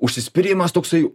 užsispyrimas toksai